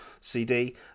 CD